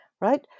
Right